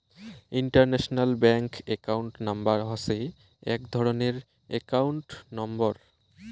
international bank account number হসে এক ধরণের একাউন্ট নম্বর